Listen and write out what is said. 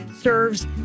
serves